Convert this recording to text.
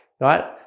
right